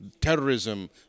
terrorism